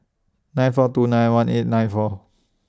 nine four two nine one eight nine four